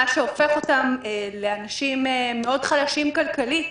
מה שהופך אותם לאנשים מאוד חלשים כלכלית.